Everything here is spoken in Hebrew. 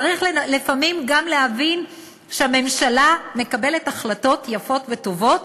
צריך לפעמים גם להבין שהממשלה מקבלת החלטות יפות וטובות,